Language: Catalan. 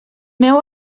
meu